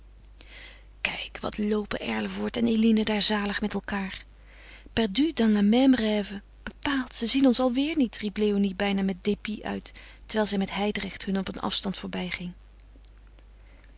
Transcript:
kijk wat loopen erlevoort en eline daar zalig met elkaâr perdus dans le même rêve bepaald ze zien ons alweêr niet riep léonie bijna met dépit uit terwijl zij met hijdrecht hun op een afstand voorbij